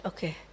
Okay